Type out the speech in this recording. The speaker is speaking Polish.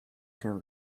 się